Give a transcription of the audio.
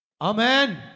Amen